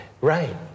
Right